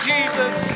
Jesus